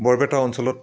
বৰপেটা অঞ্চলত